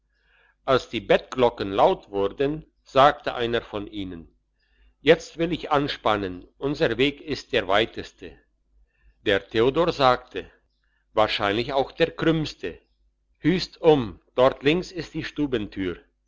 als die bettglocken laut wurden sagte einer von ihnen jetzt will ich anspannen unser weg ist der weiteste der theodor sagte wahrscheinlich auch der krümmste hüst um dort links ist die